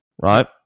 right